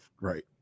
Right